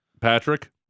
Patrick